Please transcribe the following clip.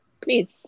please